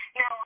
no